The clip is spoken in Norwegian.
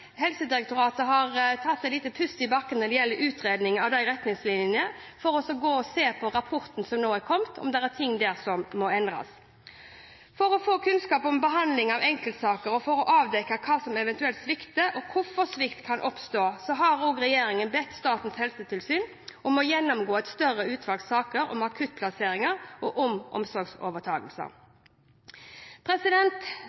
Helsedirektoratet har tatt en liten pust i bakken når det gjelder utredning av de retningslinjene, for å se på rapporten som nå er kommet – om det er ting som må endres. For å få kunnskap om behandling av enkeltsaker og for å avdekke hva som eventuelt svikter, og hvorfor svikt kan oppstå, har regjeringen også bedt Statens helsetilsyn om å gjennomgå et større utvalg saker om akuttplassering og om